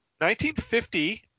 1950